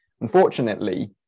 Unfortunately